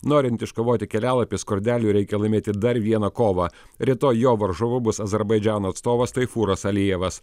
norint iškovoti kelialapį skurdeliui reikia laimėti dar vieną kovą rytoj jo varžovu bus azerbaidžano atstovas taifūras alijevas